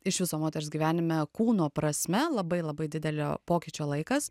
iš viso moters gyvenime kūno prasme labai labai didelio pokyčio laikas